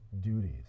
duties